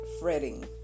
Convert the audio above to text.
fretting